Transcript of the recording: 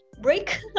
break